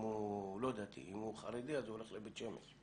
אם הוא חרדי, אז הוא הולך לבית שמש.